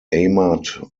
ahmad